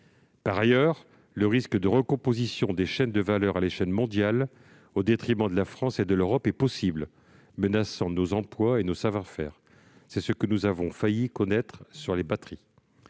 Par ailleurs, le risque de recomposition des chaînes de valeur à l'échelle mondiale, au détriment de la France et de l'Europe, existe bel et bien, menaçant nos emplois et nos savoir-faire. C'est ce qui a failli arriver dans le secteur des batteries.